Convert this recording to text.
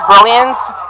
brilliance